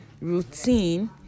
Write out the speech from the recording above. routine